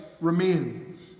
remains